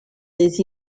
des